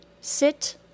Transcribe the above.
sit